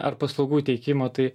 ar paslaugų teikimo tai